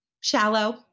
shallow